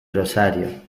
rosario